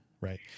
right